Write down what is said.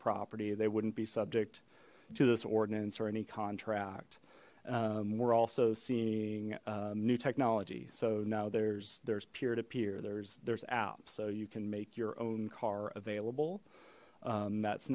property they wouldn't be subject to this ordinance or any contract we're also seeing new technology so now there's there's peer to peer there's there's app so you can make your own car available that's